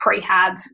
prehab